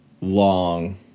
long